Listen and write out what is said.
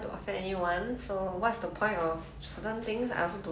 next chapter next question you mean 下一个问题